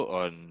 on